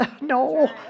no